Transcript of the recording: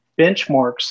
benchmarks